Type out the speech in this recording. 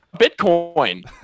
Bitcoin